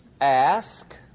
ask